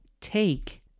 take